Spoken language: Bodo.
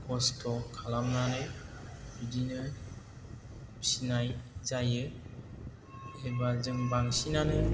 खस्थ' खालामनानै बिदिनो फिनाय जायो एबा जों बांसिनानो